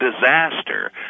disaster